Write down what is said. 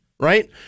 right